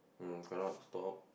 who cannot stop